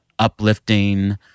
uplifting